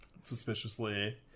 suspiciously